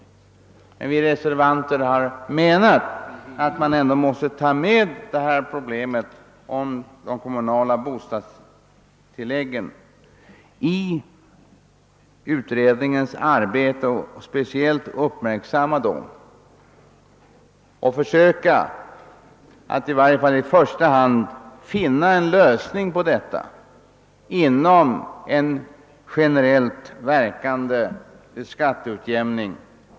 Vi reservanter har emellertid menat att man ändå måste ta med problemet om de kommunala bostadstilläggen i utredningens arbete och då speciellt uppmärksamma dem. Man måste försöka finna en lösning på detta problem inom ramen för en generellt verkande skatteutjämning.